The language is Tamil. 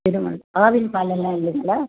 இதுங்க ஆவின் பாலெலாம் இல்லலைங்களா